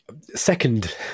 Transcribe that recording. second